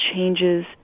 changes